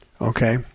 okay